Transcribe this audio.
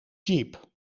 jeep